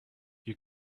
you